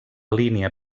línia